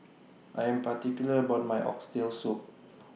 I Am particular about My Oxtail Soup